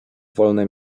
wolne